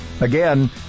Again